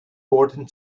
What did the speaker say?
worden